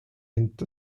end